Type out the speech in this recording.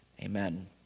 Amen